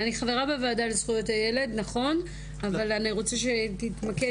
אני חברה בוועדה לזכויות הילד אבל אני רוצה שתתמקד